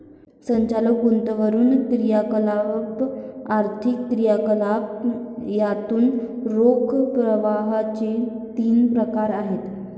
संचालन, गुंतवणूक क्रियाकलाप, आर्थिक क्रियाकलाप यातून रोख प्रवाहाचे तीन प्रकार आहेत